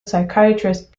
psychiatrist